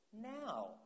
now